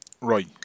Right